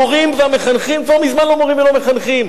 המורים והמחנכים כבר מזמן לא מורים ולא מחנכים.